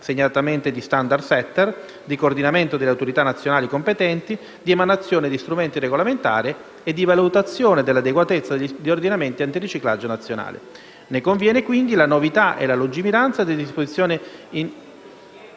segnatamente di *standard-setter*, di coordinamento delle autorità nazionali competenti, di emanazione di strumenti regolamentari e di valutazione dell'adeguatezza degli ordinamenti antiriciclaggio nazionali. Ne conviene, quindi, la novità e la lungimiranza delle disposizioni in